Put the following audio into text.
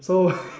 so